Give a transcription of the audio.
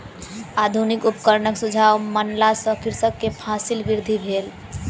आधुनिक उपकरणक सुझाव मानला सॅ कृषक के फसील वृद्धि भेल